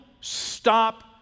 stop